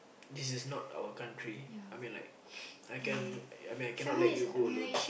this is not our country I mean like I can I mean I cannot let you go alone